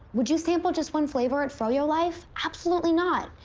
would you sample just one flavor at froyo life? absolutely not.